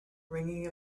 ringing